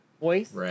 voice